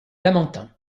lamentin